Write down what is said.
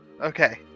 okay